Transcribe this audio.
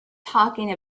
talking